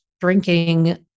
drinking